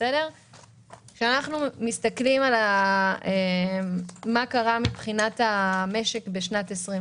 כשאנחנו מסתכלים על מה קרה במשק בשנת 2020